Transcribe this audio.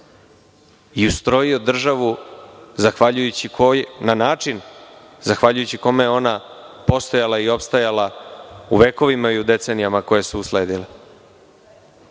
i ustrojio državu zahvaljujući na način, zahvaljujući kome je ona postojala i opstajala u vekovima i decenijama koje su usledile.